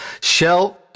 Shell